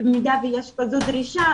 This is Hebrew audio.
שבמידה ויש כזו דרישה,